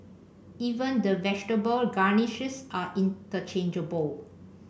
even the vegetable garnishes are interchangeable